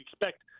expect